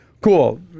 Cool